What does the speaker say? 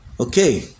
Okay